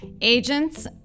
agents